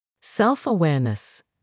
Self-awareness